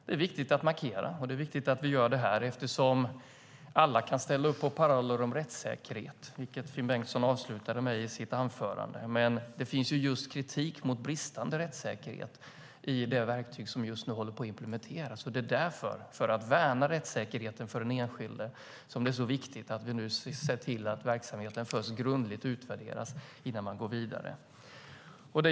Det är viktigt att markera och det är viktigt att vi gör det här eftersom alla kan ställa upp på parollen om rättssäkerhet, vilket Finn Bengtsson avslutade sitt anförande med. Men det finns kritik mot just bristande rättssäkerhet i det verktyg som just nu håller på att implementeras. Det är därför, för att värna rättssäkerheten för den enskilde, som det är så viktigt att vi nu ser till att verksamheten först grundligt utvärderas innan man går vidare.